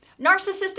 narcissistic